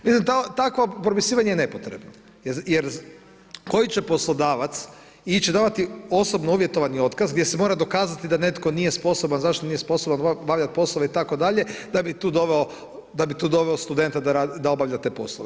Mislim takvo propisivanje je nepotrebno jer koji će poslodavac ići davati osobno uvjetovani otkaz gdje se mora dokazati da netko nije sposoban, zašto nije sposoban obavljati poslove itd. da bi tu doveo studenta da obavlja te poslove.